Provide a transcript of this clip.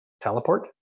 teleport